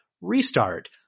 restart